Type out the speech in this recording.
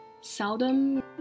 seldom